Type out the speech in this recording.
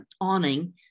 awning